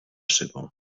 szybą